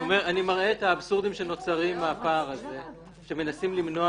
אני מראה את האבסורדים שנוצרים מהפער הזה שמנסים למנוע